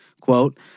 Quote